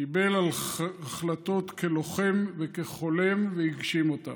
קיבל החלטות כלוחם וכחולם והגשים אותן.